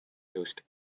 used